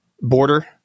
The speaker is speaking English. border